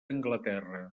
anglaterra